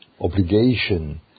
obligation